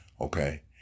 Okay